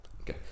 Okay